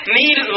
need